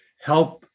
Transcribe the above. help